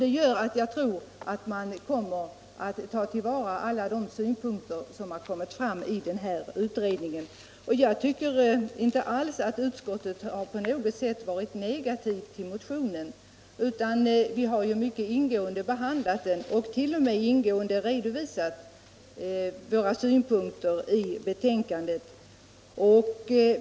Därför tror jag att man kommer att ta till vara alla de synpunkter som har kommit fram i utredningen. Jag tycker inte alls att utskottet har varit negativt till motionen. Vi har mycket ingående behandlat den och våra synpunkter.